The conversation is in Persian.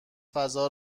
فضا